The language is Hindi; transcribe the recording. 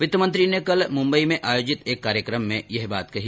वित्त मंत्री ने कल मुम्बई में आयोजित एक कार्यक्रम में यह बात कही